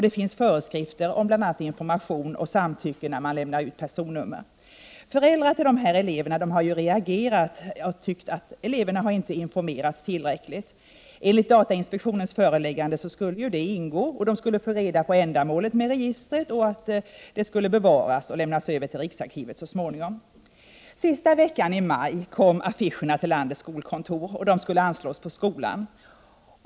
Det finns föreskrifter om bl.a. information och samtycke när personnummer lämnas ut. Föräldrar till ifrågavarande elever har reagerat och menat att eleverna inte har informerats tillräckligt. Enligt datainspektionens föreläggande skulle eleverna informeras. De skulle få reda på ändamålet med registret, att det skulle bevaras och så småningom överlämnas till riksarkivet. Sista veckan i maj kom affischerna till landets skolkontor för att anslås i skolorna.